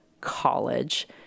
college